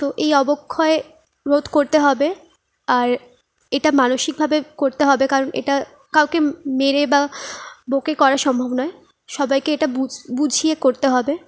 তো এই অবক্ষয় রোধ করতে হবে আর এটা মানসিকভাবে করতে হবে কারণ এটা কাউকে মেরে বা বকে করা সম্ভব নয় সবাইকে এটা বুঝিয়ে করতে হবে